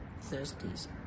Thursdays